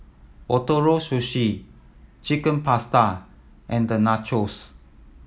Ootoro Sushi Chicken Pasta and the Nachos